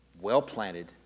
Well-planted